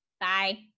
Bye